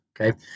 okay